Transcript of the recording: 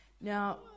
Now